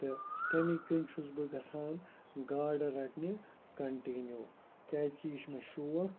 تہٕ تَمہِ کِنۍ چھُس بہٕ گژھان گاڈٕ رَٹنہِ کَںٹِنیوٗ کیٛازِکہِ یہِ چھِ مےٚ شوق